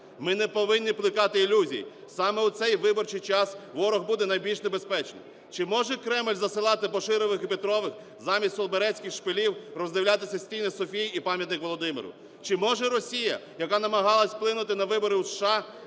Ми не повинні плекати ілюзій. Саме у цей виборчий час ворог буде найбільш небезпечним. Чи може Кремль засилати Баширових і Петрових замість солсберійських шпилів роздивлятися стіни Софії і пам'ятник Володимиру? Чи може Росія, яка намагалася вплинути на вибори у США,